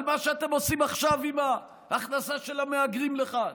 על מה שאתם עושים עכשיו עם ההכנסה של המהגרים לכאן?